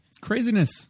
Craziness